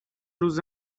روز